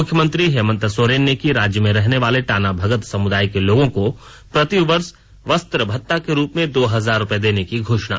मुख्यमंत्री हेमंत सोरेन ने की राज्य में रहने वाले टाना भगत समुदाय के लोगों को प्रति वर्ष वस्त्र भत्ता के रूप में दो हजार रूपये देने की घोषणा